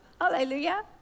Hallelujah